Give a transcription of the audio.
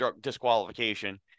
disqualification